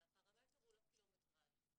והפרמטר הוא לא קילומטראז',